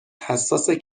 حساسه